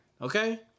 okay